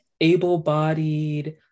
able-bodied